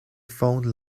fonde